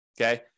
okay